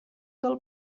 del